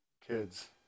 kids